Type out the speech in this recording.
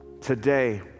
today